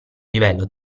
livello